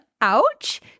ouch